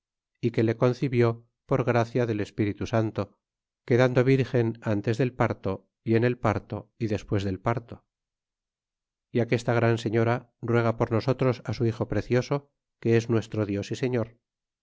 y que le concibió por gracia del espíritu santo quedando virgen ntes del parto y en el parto y despues del parto y aquesta gran se ñora ruega por nosotros su hijo precioso que es nuestro dios y señor